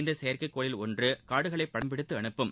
இந்த செயற்கைக்கோளில் ஒன்று காடுகளை படம்பிடித்து அனுப்பும்